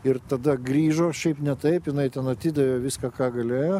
ir tada grįžo šiaip ne taip jinai ten atidavė viską ką galėjo